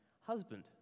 husband